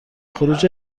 خروج